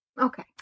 Okay